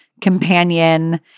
companion